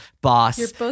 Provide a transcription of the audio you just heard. boss